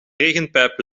regenpijp